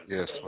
Yes